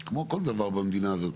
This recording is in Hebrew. כמו כל דבר במדינה הזאת.